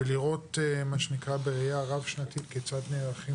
ולראות בראייה רב שנתית כיצד נערכים